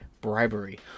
bribery